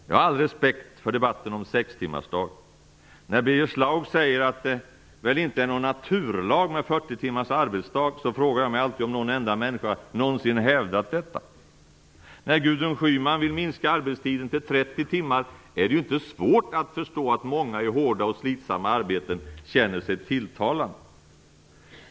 Jag har all respekt för debatten om sextimmarsdag. När Birger Schlaug säger att det väl inte är någon naturlag med 40 timmars arbetsvecka, frågar jag mig alltid om någon enda människa hävdat detta. När Gudrun Schyman vill minska veckoarbetstiden till 30 timmar är det inte svårt att förstå att många i hårda och slitsamma arbeten känner sig tilltalade.